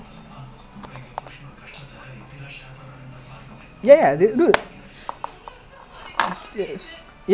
actually union berlin quite good they six to one not bad and stuttgart also six seven timing seven